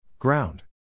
Ground